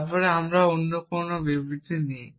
তারপরে আমরা অন্য ধরণের বিবৃতি দিই